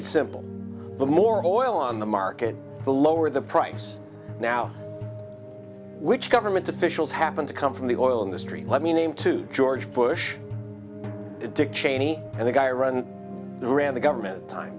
it simple the more oil on the market the lower the price now which government officials happen to come from the oil industry let me name two george bush dick cheney and the guy running the government time